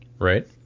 right